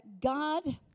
God